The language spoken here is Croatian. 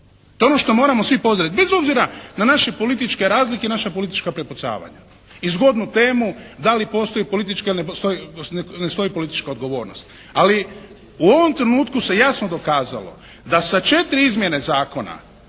To je ono što moramo svi pozdraviti bez obzira na naše političke razlike i naša politička prepucavanja i zgodnu temu da li postoji politička ili ne stoji politička odgovornost. Ali u ovom trenutku se jasno dokazalo da sa četiri izmjene zakona